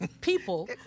people